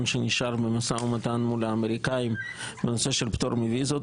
שנשאר במשא-ומתן מול האמריקנים בנושא של פטור מוויזות,